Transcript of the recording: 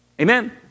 Amen